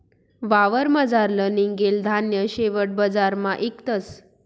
वावरमझारलं निंघेल धान्य शेवट बजारमा इकतस